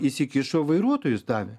įsikišo vairuotojus davė